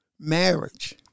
Marriage